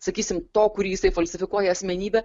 sakysim to kurį jisai falsifikuoja asmenybe